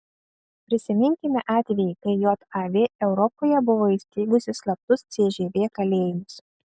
prisiminkime atvejį kai jav europoje buvo įsteigusi slaptus cžv kalėjimus